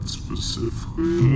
specifically